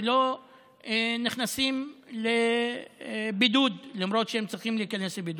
שלא נכנסים לבידוד למרות שהם צריכים להיכנס לבידוד.